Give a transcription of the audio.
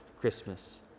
Christmas